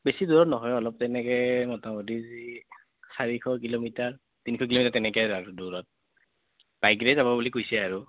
বেছি দূৰত নহয় অলপ তেনেকৈ মোটামুটি যি চাৰিশ কিলোমিটাৰ তিনিশ কিলোমিটাৰ তেনেকৈ আৰু দূৰত বাইকেৰে যাব বুলি কৈছে আৰু